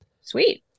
sweet